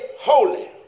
holy